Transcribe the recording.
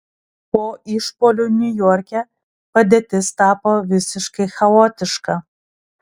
po išpuolių niujorke padėtis tapo visiškai chaotiška